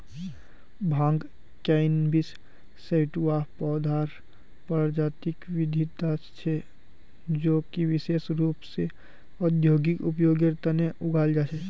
भांग cannabis sativa पौधार प्रजातिक विविधता छे जो कि विशेष रूप स औद्योगिक उपयोगेर तना उगाल जा छे